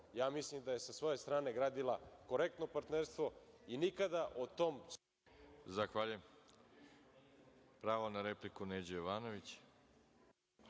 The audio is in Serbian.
Ja mislim da je sa svoje strane gradila korektno partnerstvo i nikada o tom